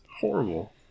horrible